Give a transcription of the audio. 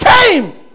came